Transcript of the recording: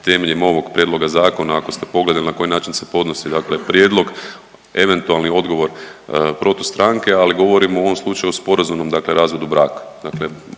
temeljem ovog Prijedloga zakona, ako ste pogledali na koji način se podnosi dakle prijedlog, eventualni odgovor protustranke, ali govorimo u ovom slučaju o sporazumnom dakle razvodu braka.